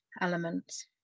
elements